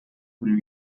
von